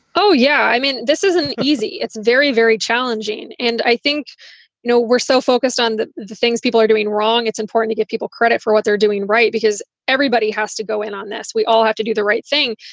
oh, yeah. i mean, this isn't easy. it's very, very challenging. and i think, you know, we're so focused on the the things people are doing wrong, it's important to give people credit for what they're doing. right, because everybody has to go in on this. we all have to do the right thing.